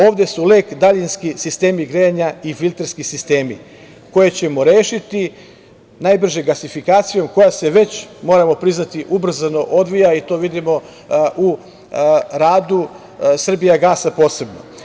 Ovde su lek daljinski sistemi grejanja i filterski sistemi koje ćemo rešiti najbrže gasifikacijom, koja se već, moramo priznati, ubrzano odvija i to vidimo u radu „Srbijagasa“ posebno.